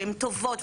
והן טובות,